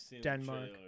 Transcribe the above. Denmark